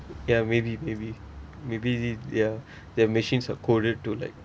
ya maybe maybe maybe ya that machine are coded to like